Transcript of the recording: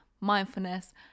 mindfulness